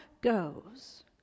goes